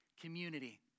community